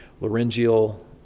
Laryngeal